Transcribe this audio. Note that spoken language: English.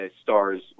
stars